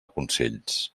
consells